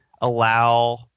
allow